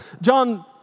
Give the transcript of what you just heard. John